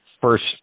First